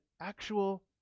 actual